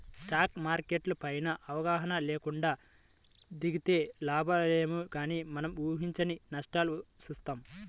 stock market పైన అవగాహన లేకుండా దిగితే లాభాలేమో గానీ మనం ఊహించని నష్టాల్ని చూత్తాం